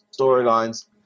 storylines